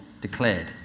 declared